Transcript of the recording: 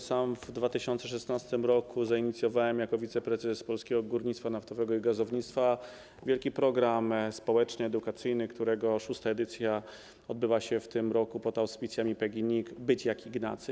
Sam w 2016 r. zainicjowałem jako wiceprezes Polskiego Górnictwa Naftowego i Gazownictwa wielki program społeczny, edukacyjny, którego szósta edycja odbywa się w tym roku pod auspicjami PGNiG, „Być jak Ignacy”